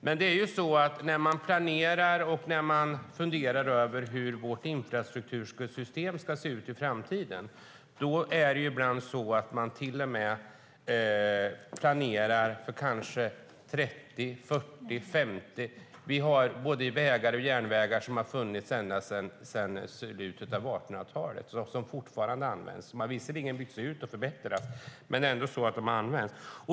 Men när vi planerar och funderar över hur vårt infrastruktursystem ska se ut i framtiden är det ibland så att vi planerar för kanske 30, 40, 50 år framåt. Vi har både vägar och järnvägar som har funnits ända sedan slutet av 1800-talet och som fortfarande används. De har visserligen bytts ut och förbättrats, men det är ändå så att de används.